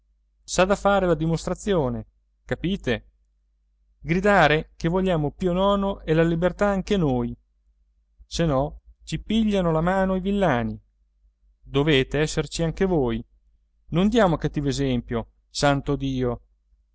s'ha da fare la dimostrazione capite gridare che vogliamo pio nono e la libertà anche noi se no ci pigliano la mano i villani dovete esserci anche voi non diamo cattivo esempio santo dio